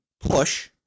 Push